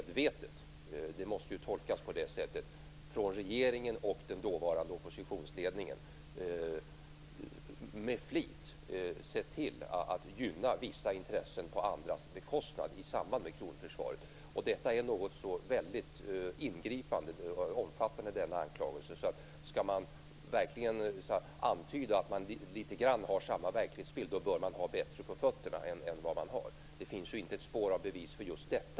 Det måste tolkas så att regeringen och den dåvarande oppositionsledningen med flit gynnat vissa intressen på andras bekostnad i samband med kronförsvaret. Denna anklagelse är så väldigt ingripande och omfattande att man, om man verkligen skall antyda att vi litet grand har samma verklighetsbild, bör ha bättre på fötterna än vad man nu har. Det finns inte ett spår av bevis för just detta.